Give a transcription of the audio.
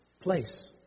place